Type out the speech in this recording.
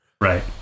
Right